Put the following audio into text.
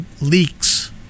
leaks